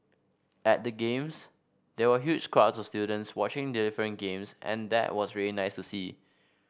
at the games there were huge crowds of students watching different games and that was really nice to see